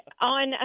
on